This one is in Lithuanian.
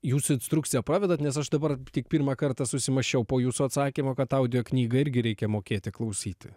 jūs instrukciją pravedat nes aš dabar tik pirmą kartą susimąsčiau po jūsų atsakymo kad audio knygą irgi reikia mokėti klausyti